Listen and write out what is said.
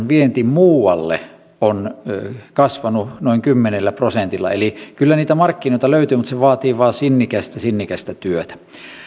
vienti muualle on kasvanut noin kymmenellä prosentilla eli kyllä niitä markkinoita löytyy mutta se vaatii vain sinnikästä sinnikästä työtä